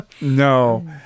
No